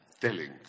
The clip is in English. telling